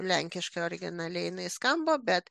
lenkiškai originaliai jinai skamba bet